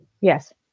Yes